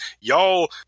y'all